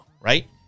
right